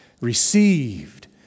received